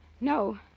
no